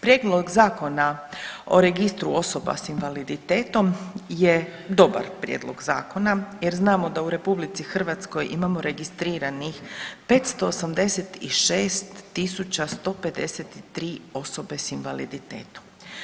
Prijedlog zakona o registru osoba sa invaliditetom je dobar prijedlog zakona, jer znamo da u RH imamo registriranih 586153 osobe sa invaliditetom.